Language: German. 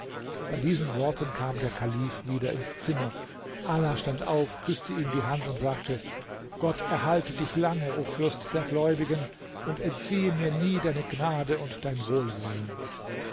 bei diesen worten kam der kalif wieder ins zimmer ala stand auf küßte ihm die hand und sagte gott erhalte dich lange o fürst der gläubigen und entziehe mir nie deine gnade und dein wohlwollen